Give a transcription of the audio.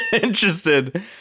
interested